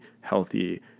healthy